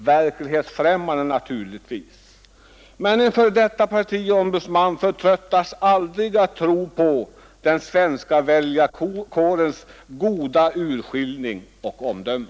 Verklighetsfrämmande naturligtvis, men en f.d. partiombudsman förtröttas aldrig att tro på den svenska väljarkårens goda urskillning och omdöme.